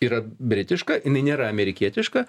yra britiška jinai nėra amerikietiška